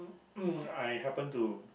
mm I happen to